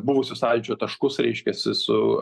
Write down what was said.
buvusius sąlyčio taškus reiškiasi su